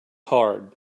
hard